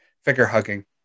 figure-hugging